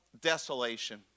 desolation